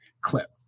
clip